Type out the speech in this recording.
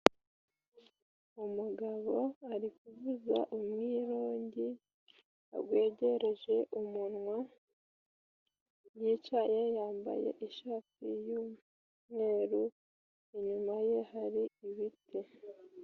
Umugabo ari kuvuza umwirongi awegereje umunwa, yicaye yambaye ishati y'umweru, inyuma ye hari ibiti.